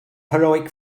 heroic